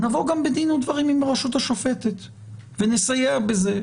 נבוא גם בדין ודברים עם הרשות השופטת ונסייע בזה,